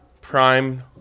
prime